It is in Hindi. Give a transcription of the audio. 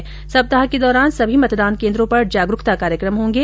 इस सप्ताह के दौरान सभी मतदान केन्द्रों पर जागरूकता कार्यक्रम होंगे